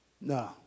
No